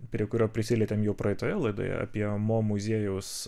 prie kurio prisilietėme jau praeitoje laidoje apie mo muziejaus